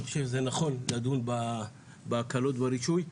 אני חושב שזה נכון לדון בהקלות ברישוי.